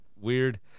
weird